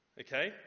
okay